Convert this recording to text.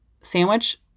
sandwich